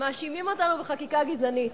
מאשימים אותנו בחקיקה גזענית,